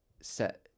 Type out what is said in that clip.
set